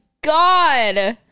God